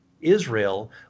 Israel